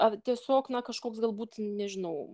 ar tiesiog na kažkoks galbūt nežinau